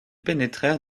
pénétrèrent